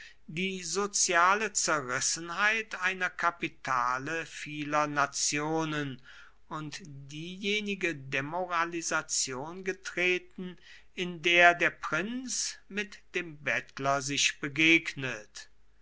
die soziale zerrissenheit einer kapitale vieler nationen und diejenige demoralisation getreten in der der prinz mit dem bettler sich begegnet